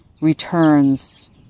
returns